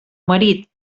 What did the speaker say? marit